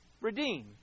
redeem